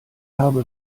habe